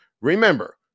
remember